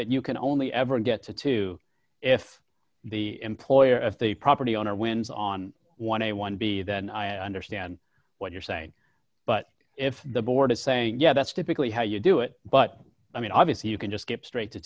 that you can only ever get to two if the employer of the property owner wins on one a one b then i understand what you're saying but if the board is saying yeah that's typically how you do it but i mean obviously you can just get straight to